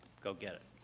go get it.